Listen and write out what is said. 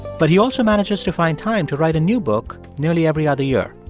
but he also manages to find time to write a new book nearly every other year.